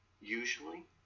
usually